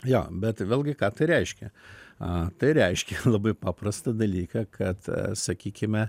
jo bet vėlgi ką tai reiškia tai reiškia labai paprastą dalyką kad sakykime